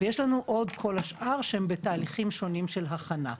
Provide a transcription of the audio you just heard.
יש לנו עוד את כל השאר שהם בתהליכים שונים של הכנה.